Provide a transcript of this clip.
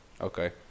Okay